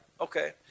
Okay